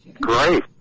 Great